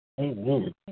Amen